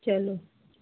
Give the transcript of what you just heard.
ਚਲੋ